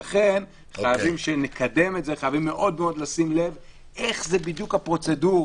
לכן כשנקדם את זה חייבים מאוד מאוד לשים לב איך בדיוק הפרוצדורה,